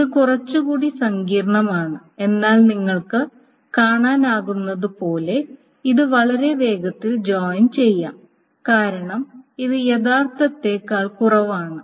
ഇത് കുറച്ചുകൂടി സങ്കീർണ്ണമാണ് എന്നാൽ നിങ്ങൾക്ക് കാണാനാകുന്നതുപോലെ ഇത് വളരെ വേഗത്തിൽ ജോയിൻ ചെയ്യാം കാരണം ഇത് യഥാർത്ഥത്തേക്കാൾ കുറവാണ്